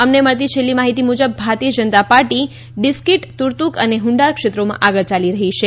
અમને મળતી છેલ્લી માહિતી મુજબ ભારતીય જનતા પાર્ટી ડિસ્કિટ તુર્તુક અને હુંડાર ક્ષેત્રોમાં આગળ ચાલી રહી છે